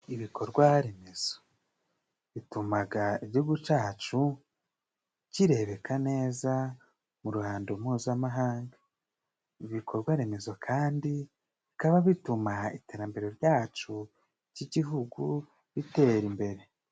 Ibikorwa remezo bitumaga Igihugu cyacu kirebeka neza mu ruhando mpuzamahanga. Ibikorwa remezo kandi bikaba bituma iterambere ryacu ry'Igihugu ritera imbere.